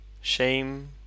shame